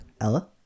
Ella